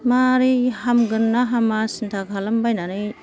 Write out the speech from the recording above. माबोरै हामगोन ना हामा सिन्था खालाम बायनानै